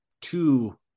two